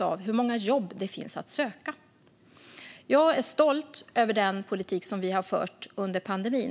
av hur många jobb det finns att söka. Jag är stolt över den politik som vi har fört under pandemin.